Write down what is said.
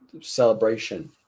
celebration